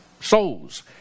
souls